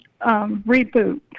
reboot